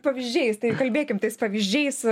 pavyzdžiais tai kalbėkim tais pavyzdžiais